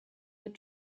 had